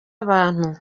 abantu